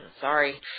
Sorry